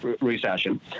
recession